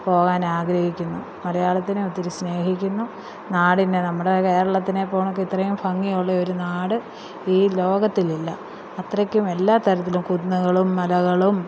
പോകാനാഗ്രഹിക്കുന്നു മലയാളത്തിനെ ഒത്തിരി സ്നേഹിക്കുന്നു നാടിനെ നമ്മുടെ കേരളത്തിനെ പോലെയോക്കെ ഇത്രയും ഭംഗിയുള്ളൊരു നാട് ഈ ലോകത്തിലില്ല അത്രക്കും എല്ലാ തരത്തിലും കുന്നുകളും മലകളും